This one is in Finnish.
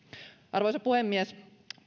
arvoisa puhemies